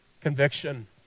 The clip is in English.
Conviction